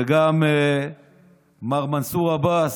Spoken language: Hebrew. וגם מר מנסור עבאס,